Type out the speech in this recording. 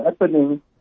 happening